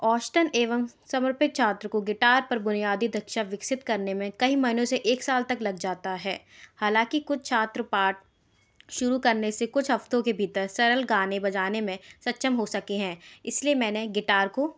Austin एवं समर्पित छात्र को गिटार पर बुनियादी दक्षता विकसित करने में कई महीनों से एक साल तक लग जाता है हालांकि कुछ छात्र पाठ शुरू करने से कुछ हफ्तों के भीतर सरल गाने बजाने में सक्षम हो सके हैं इसलिए मैंने गिटार को